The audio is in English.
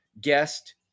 guest